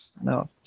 No